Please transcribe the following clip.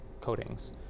coatings